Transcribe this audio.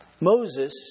Moses